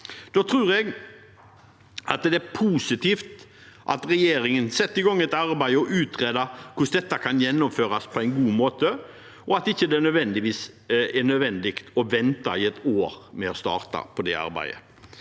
Jeg tror det er positivt at regjeringen setter i gang et arbeid og utreder hvordan dette kan gjennomføres på en god måte, og at det ikke er nødvendig å vente et år med å starte på det arbeidet.